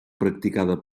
practicada